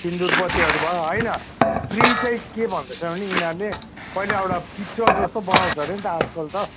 सुन्दुर पोतेहरू भयो होइन प्रि चाहिँ के भन्दैछ भने यिनीहरूले पहिला एउटा पिक्चर जस्तो बनाउँछ अरे नि त आजकल त